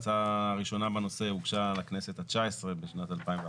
ההצעה הראשונה בנושא הוגשה לכנסת ה-19 בשנת 2014